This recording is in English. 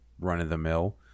run-of-the-mill